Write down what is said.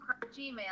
Gmail